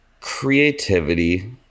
creativity